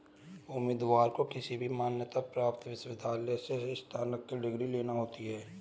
उम्मीदवार को किसी भी मान्यता प्राप्त विश्वविद्यालय से स्नातक की डिग्री लेना होती है